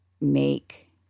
make